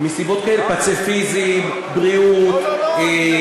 מסיבות כאלה: פציפיזם, בריאות, לא, לא,